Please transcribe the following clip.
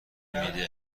میده